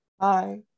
Hi